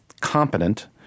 competent